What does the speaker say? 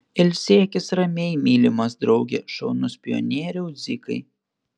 ilsėkis ramiai mylimas drauge šaunus pionieriau dzikai